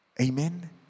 Amen